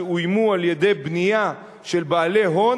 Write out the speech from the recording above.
שאוימו בבנייה של בעלי הון,